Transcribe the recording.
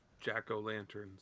jack-o'-lanterns